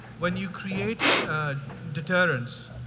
when you create a deterrence,